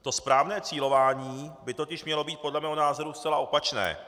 To správné cílování by totiž mělo být podle mého názoru zcela opačné.